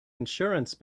insurance